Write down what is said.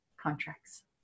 contracts